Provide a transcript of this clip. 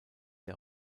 der